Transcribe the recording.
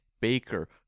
Baker